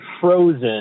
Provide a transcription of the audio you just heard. frozen